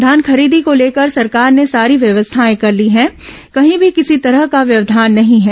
धान खरीदी को लेकर सरकार ने सारी व्यवस्थाएं कर ली है कहीं भी किसी तरह का व्यवधान नहीं है